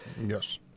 Yes